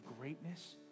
greatness